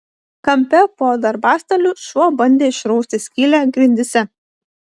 kampe po darbastaliu šuo bandė išrausti skylę grindyse